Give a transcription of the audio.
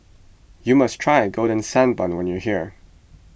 you must try Golden Sand Bun when you are here